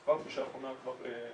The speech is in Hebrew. אז כבר פגישה אחרונה באתר.